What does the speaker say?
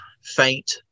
faint